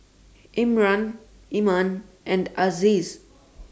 Imran Iman and Aziz